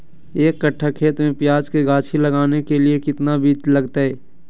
एक कट्ठा खेत में प्याज के गाछी लगाना के लिए कितना बिज लगतय?